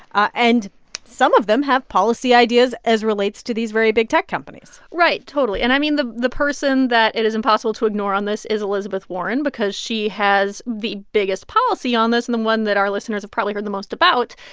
and some of them have policy ideas as relates to these very big tech companies right, totally. and, i mean, the the person that it is impossible to ignore on this is elizabeth warren because she has the biggest policy on this and the one that our listeners have probably heard the most about,